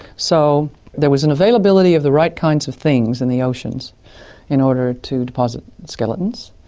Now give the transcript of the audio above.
so there was an availability of the right kinds of things in the oceans in order to deposit skeletons,